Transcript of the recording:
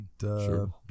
Sure